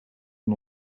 van